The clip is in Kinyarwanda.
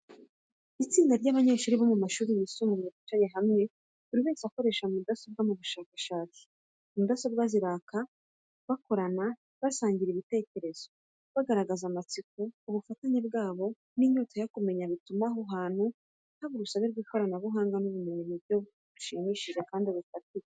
Itsinda ry’abanyeshuri bo mu mashuri yisumbuye bicaye hamwe, buri wese akoresha mudasobwa mu bushakashatsi. Mudasobwa ziraka, bakorana, basangira ibitekerezo, bagaragaza amatsiko. Ubufatanye bwabo n’inyota yo kumenya bituma aho hantu haba urusobe rw’ikoranabuhanga n’ubumenyi mu buryo bushimishije kandi bufatika.